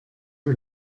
leu